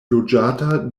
loĝata